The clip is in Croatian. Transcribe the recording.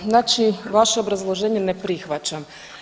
Da, znači vaše obrazloženje ne prihvaćam.